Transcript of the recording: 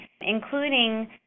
including